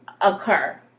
occur